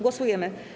Głosujemy.